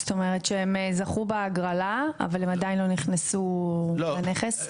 זאת אומרת שהם זכו בהגרלה אבל הם עדיין לא נכנסו לנכס?